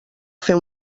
fer